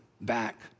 back